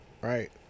Right